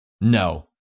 No